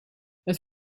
het